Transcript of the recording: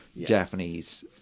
Japanese